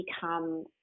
become